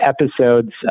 episodes